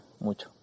mucho